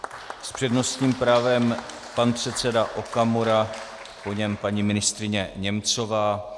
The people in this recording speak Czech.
S přednostním právem pan předseda Okamura, po něm paní ministryně Němcová.